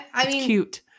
cute